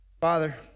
Father